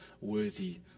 worthy